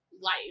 life